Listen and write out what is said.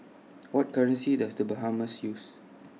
What currency Does The Bahamas use